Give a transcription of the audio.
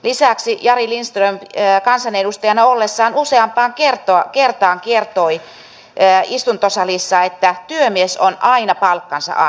lisäksi jari lindström kansanedustajana ollessaan useampaan kertaan kertoi istuntosalissa että työmies on aina palkkansa ansainnut